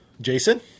Jason